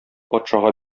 патшага